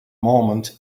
moment